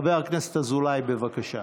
חבר הכנסת אזולאי, בבקשה.